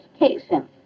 Education